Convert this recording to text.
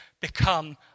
become